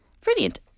Brilliant